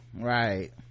right